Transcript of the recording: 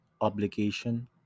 obligation